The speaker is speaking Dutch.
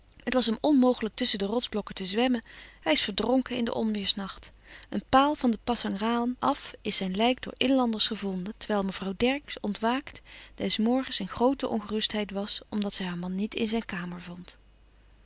het was hem onmogelijk tusschen de rotsblokken te zwemmen hij is verdronken in den onweêrsnacht een paal van de pasangrahan af is zijn lijk door inlanders gevonden terwijl mevrouw dercksz ontwaakt des morgens in groote ongerustheid was omdat zij haar man niet in zijn kamer vond